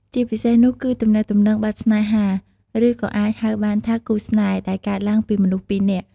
ជាពិសេសនោះគឺទំនាក់ទំនងបែបស្នេហាឬក៏អាចហៅបានថាគូរស្នេហ៍ ដែលកើតឡើងពីមនុស្សពីរនាក់។